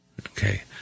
Okay